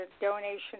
donation